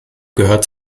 gehört